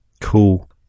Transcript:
cool